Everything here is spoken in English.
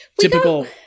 typical